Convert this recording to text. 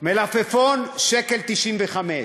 מלפפון, 1.95 שקל,